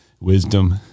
wisdom